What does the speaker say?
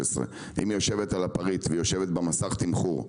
2015. אם ההנחה יושבת על הפריט ויושבת במסך תמחור,